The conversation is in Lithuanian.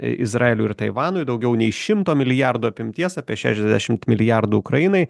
izraeliu ir taivanui daugiau nei šimto milijardų apimties apie šešiasdešimt milijardų ukrainai